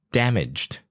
damaged